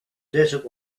desert